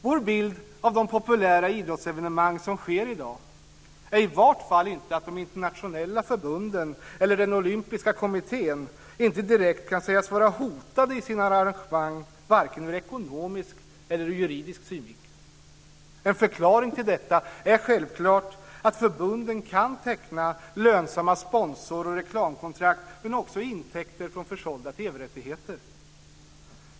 Vår bild av de populära idrottsevenemang som sker i dag är i vart fall att de internationella förbunden eller den olympiska kommittén inte direkt kan sägas vara hotade i sina arrangemang varken ur ekonomisk eller juridisk synvinkel. En förklaring till detta är självklart att förbunden kan teckna lönsamma sponsor och reklamkontrakt, men de har också intäkter från försålda TV-rättigheter.